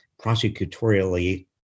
prosecutorially